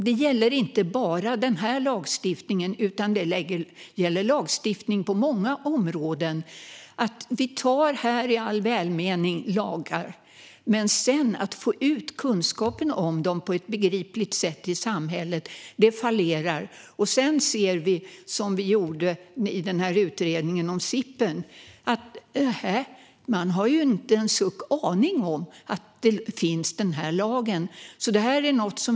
Det gäller inte bara denna lagstiftning, utan det gäller lagstiftning på många områden. Vi antar lagar i all välmening men fallerar när det gäller att sedan få ut kunskapen om dem till samhället på ett begripligt sätt. Sedan ser vi, som vi gjorde i utredningen om SIP, att man inte har en aning om att denna lag finns.